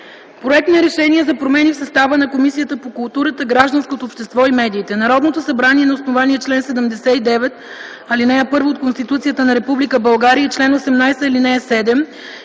„Проект за РЕШЕНИЕ за промени в състава на Комисията по културата, гражданското общество и медиите Народното събрание на основание чл. 79, ал. 1 от Конституцията на Република България и чл. 18, ал. 7,